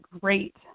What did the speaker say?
great –